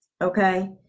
Okay